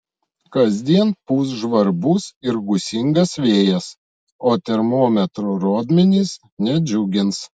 kasdien pūs žvarbus ir gūsingas vėjas o termometrų rodmenys nedžiugins